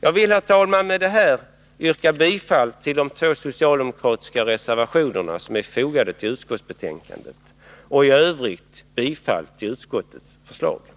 Jag vill, herr talman, med detta yrka bifall till de två socialdemokratiska reservationer som är fogade vid utskottsbetänkandet. I övrigt yrkar jag bifall till utskottets hemställan.